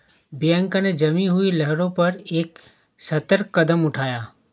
Bianca ने जमी हुई लहरों पर एक सतर्क कदम उठाया